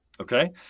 Okay